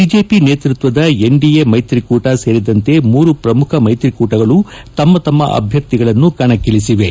BJP ನೇತೃತ್ವದ NDA ಮೈತ್ರಿಕೂಟ ಸೇರಿದಂತೆ ಮೂರು ಪ್ರಮುಖ ಮೈತ್ರಿಕೂಟಗಳು ತಮ್ಮ ತಮ್ಮ ಅಭ್ವರ್ಥಿಗಳನ್ನು ಕಣಕ್ಕಳಿಸಿವೆ